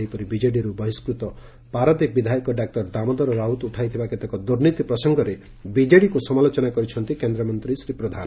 ସେହିପରି ବିଜେଡ଼ିରୁ ବହିଷୁତ ପାରାଦୀପ ବିଧାୟକ ଡାକ୍ତର ଦାମୋଦର ରାଉତ ଉଠାଇଥିବା କେତେକ ଦୁର୍ନୀତି ପ୍ରସଙ୍ଗରେ ବିଜେଡ଼ିକୁ ସମାଲୋଚନା କରିଛନ୍ତି କେନ୍ଦ୍ରମନ୍ତୀ ଶ୍ରୀ ପ୍ରଧାନ